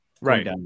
Right